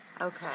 Okay